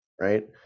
right